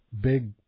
big